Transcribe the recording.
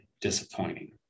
disappointing